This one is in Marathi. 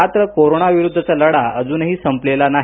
मात्र कोरोना विरुद्धचा लढा अजुनही संपलेला नाही